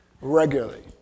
regularly